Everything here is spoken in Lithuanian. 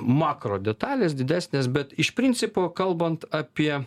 makro detalės didesnės bet iš principo kalbant apie